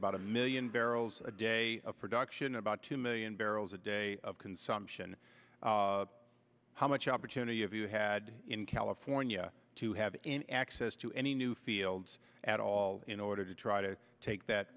about a million barrels a day of production about two million barrels a day of consumption how much opportunity of you had in california to have an access to any new fields at all in order to try to take that